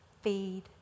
feed